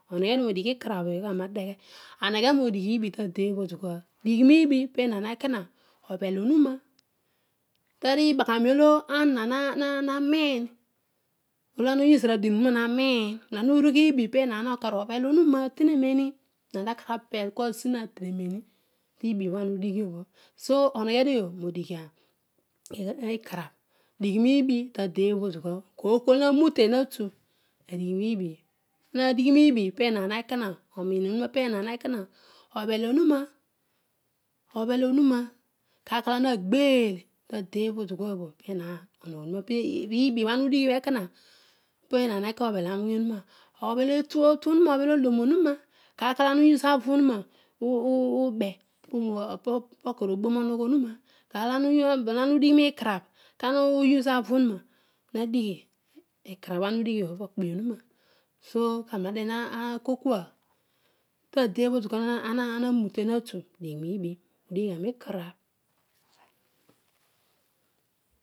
Oneghe dio nodigho karagh digh, bubi dighi nubi renagh obhee onuna taribbangha nu olo ana uhanii, toarra la use ikparadien orruna hamin ba orurugh libi pehaah okao obhel oruna oteneneno kooy ooy olo hanute hatu arughi rubi ana dighi nubi prena ekora bhel oruna, kaar olo ana ghed tade obho bho perenan obhel oruna, kaw olo ana uke avo owna poka obooro amoghhuona, nolo ana ledigh nikarad kara use ako oruna radigho pokpe oruna, karoo radeghe ratol kua tade obho dikuabho ana unute rath dighi niibi udighogha nitarab